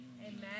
Amen